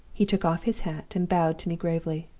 he took off his hat, and bowed to me gravely.